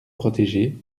protéger